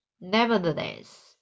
nevertheless